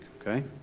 okay